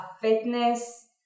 fitness